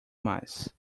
mais